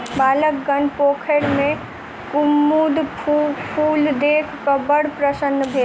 बालकगण पोखैर में कुमुद फूल देख क बड़ प्रसन्न भेल